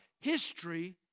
history